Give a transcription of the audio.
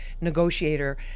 negotiator